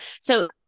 So-